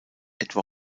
etwa